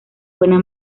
buena